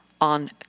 on